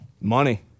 Money